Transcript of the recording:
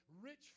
rich